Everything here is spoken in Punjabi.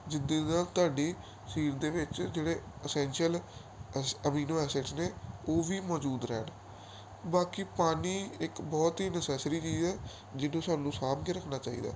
ਜਿੱਦੇ ਦਾ ਤੁਹਾਡੀ ਸਰੀਰ ਦੇ ਵਿੱਚ ਜਿਹੜੇ ਅਸੈਂਸ਼ੀਅਲ ਅ ਅਮੀਨੋ ਐਸਿਟਸ ਨੇ ਉਹ ਵੀ ਮੌਜੂਦ ਰਹਿਣ ਬਾਕੀ ਪਾਣੀ ਇੱਕ ਬਹੁਤ ਹੀ ਨਸੈਸਰੀ ਚੀਜ਼ ਹੈ ਜਿਹਨੂੰ ਸਾਨੂੰ ਸਾਂਭ ਕੇ ਰੱਖਣਾ ਚਾਹੀਦਾ